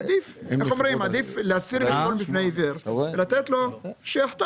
עדיף להסיר מכשול בפני עיוור ולתת לו שיחתום,